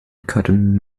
cotton